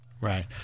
Right